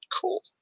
Cool